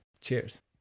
Cheers